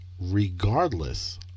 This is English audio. regardless